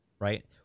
right